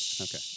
Okay